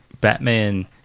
Batman